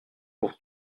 pour